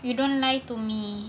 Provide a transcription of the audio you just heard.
you don't lie to me